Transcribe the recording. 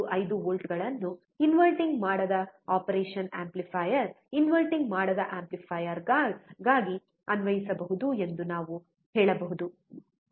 5 ವೋಲ್ಟ್ಗಳನ್ನು ಇನ್ವರ್ಟಿಂಗ್ ಮಾಡದ ಆಪರೇಷನ್ ಆಂಪ್ಲಿಫೈಯರ್ನ ಇನ್ವರ್ಟಿಂಗ್ ಮಾಡದ ಆಂಪ್ಲಿಫೈಯರ್ಗೆ ಅನ್ವಯಿಸಬಹುದು ಎಂದು ನಾವು ಹೇಳಬಹುದು